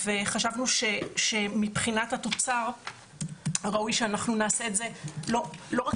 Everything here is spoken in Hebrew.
חשבנו שמבחינת התוצר ראוי שאנחנו לא רק